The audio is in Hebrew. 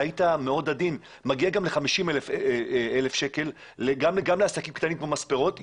אבל זה יכול להגיע גם ל-50,000 שקלים גם לעסקים קטנים כמו מספרות.